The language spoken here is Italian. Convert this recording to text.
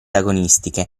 agonistiche